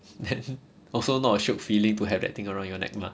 then also not a shiok feeling to have that thing around your neck mah